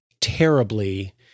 terribly